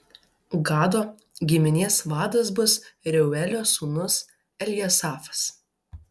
gado giminės vadas bus reuelio sūnus eljasafas